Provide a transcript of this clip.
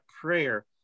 prayer